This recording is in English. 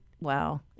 wow